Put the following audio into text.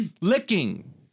licking